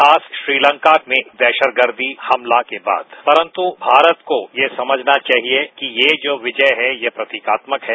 खास श्रीलंका में दहशतगर्दी हमला के बाद परन्तु भारत को यह समझना चाहिए कि ये जो विजय है यह प्रतिकात्मक है